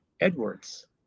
edwards